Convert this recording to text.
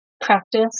practice